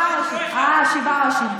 אה, שבעה ראשים.